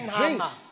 drinks